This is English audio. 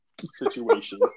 situation